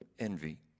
Envy